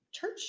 Church